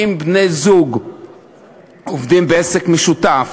אם בני-זוג עובדים בעסק משותף,